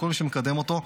לכל מי שמקדם אותו.